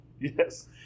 Yes